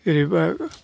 जेरैबा